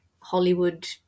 Hollywood